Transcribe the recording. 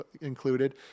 included